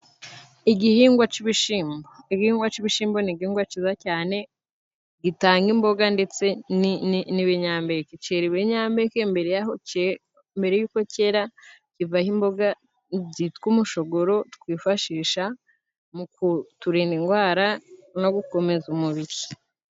Igihingwa c'ibishimbo. Igihingwa c'ibishimbo ni igihingwa ciza cyane gitanga imboga ndetse n'ibinyampeke. Cera ibinyampeke mbere mbere y'uko cera kivaho imboga bita umushogoro twifashisha mu kuturinda indwara no gukomeza umubiri.